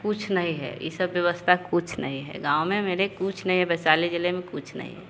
कुछ नहीं है ई सब व्यवस्था कुछ नहीं है गाँव में मेरे कुछ नहीं है बस वाले जिले में कुछ नहीं है